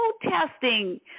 protesting